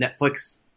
Netflix